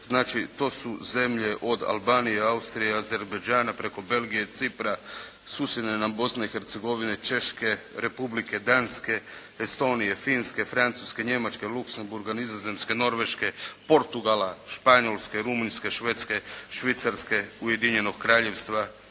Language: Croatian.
Znači, to su zemlje od Albanije, Austrije, Azerbejđana preko Belgije, Cipra, susjedne nam Bosne i Hercegovine, Češke, Republike Danske, Estonije, Finske, Francuske, Njemačke, Luxembourga, Nizozemske, Norveške, Portugala, Španjolske, Rumunjske, Švedske, Švicarske, Ujedinjenog Kraljevstva